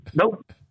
Nope